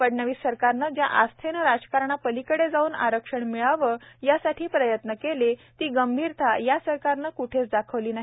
फडणवीस सरकारने ज्या आस्थेने राजकारणापलीकडे जाऊन आरक्षण मिळावे यासाठी प्रयत्न केले ती गंभीरता या सरकारने कृठेच दाखवली नाही